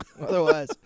Otherwise